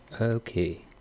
Okay